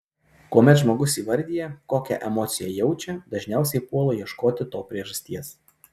kuomet žmogus įvardija kokią emociją jaučia dažniausiai puola ieškoti to priežasties